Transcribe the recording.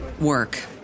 work